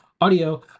Audio